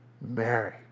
Mary